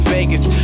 Vegas